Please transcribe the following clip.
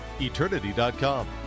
Eternity.com